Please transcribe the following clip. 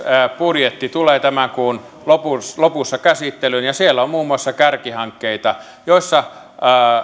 budjetti tulee tämän kuun lopussa lopussa käsittelyyn ja siellä on muun muassa kärkihankkeita joissa